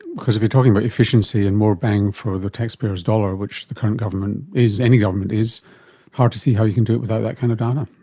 because if you're talking about efficiency and more bang for the taxpayer's dollar, which the current government is, any government is, it's hard to see how you can do it without that kind of data.